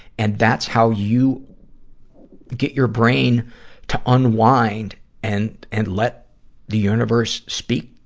and that's how you get your brain to unwind and and let the universe speak,